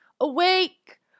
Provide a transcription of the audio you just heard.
Awake